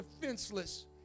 defenseless